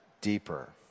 deeper